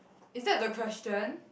is that the question